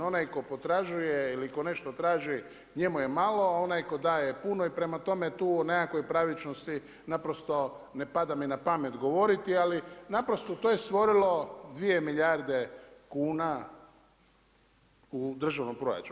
Onaj koji potražuje ili tko nešto traži njemu je malo, a onaj tko daje puno i prema tome tu u nekakvoj pravičnosti naprosto ne pada mi na pamet govoriti ali naprosto to je stvorilo 2 milijarde kuna u državnom proračunu.